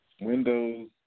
Windows